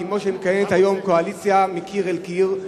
כמו שמכהנת היום קואליציה מקיר אל קיר,